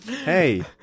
Hey